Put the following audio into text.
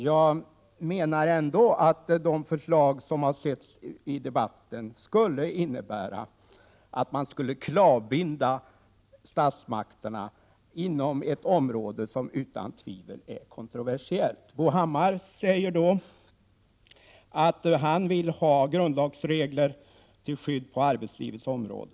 Enligt min mening skulle ändå de förslag som framförts i debatten innebära att man skulle klavbinda statsmakterna inom ett område som utan — Prot. 1987/88:31 tvivel är kontroversiellt. 25 november 1987 Bo Hammar sade att han vill ha grundlagsregler som skyddar på = Zl od ange arbetslivets område.